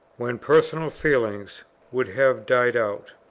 when personal feelings would have died out,